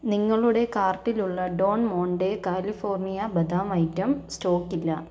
നിങ്ങളുടെ കാർട്ടിലുള്ള Don Monte California ബദാം ഐറ്റം സ്റ്റോക്കില്ല